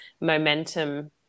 momentum